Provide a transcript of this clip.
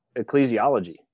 ecclesiology